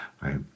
right